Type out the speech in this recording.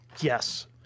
yes